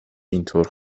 اینطور